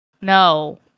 no